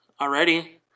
already